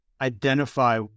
identify